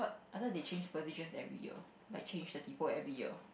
I thought they change positions every year like change the people every year